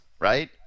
right